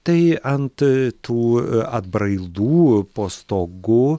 tai ant tų atbrailų po stogu